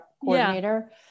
coordinator